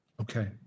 Okay